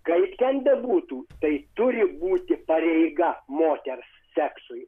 kaip ten bebūtų tai turi būti pareiga moters seksui